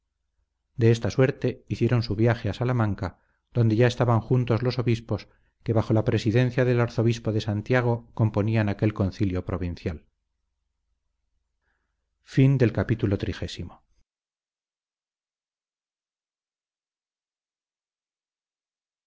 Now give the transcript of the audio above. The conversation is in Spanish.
de esta suerte hicieron su viaje a salamanca donde ya estaban juntos los obispos que bajo la presidencia del arzobispo de santiago componían aquel concilio provincial